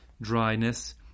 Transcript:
dryness